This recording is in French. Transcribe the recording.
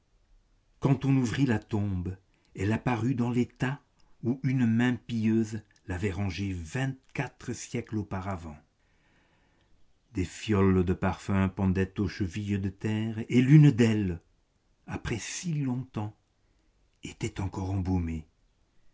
quand on ouvrit la tombe elle apparut dans l'état où une main pieuse l'avait rangée vingt-quatre siècles auparavant des fioles de parfums pendaient aux chevilles de terre et l'une d'elles après si longtemps était encore embaumée